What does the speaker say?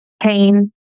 pain